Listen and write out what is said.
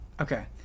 Okay